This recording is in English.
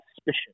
suspicion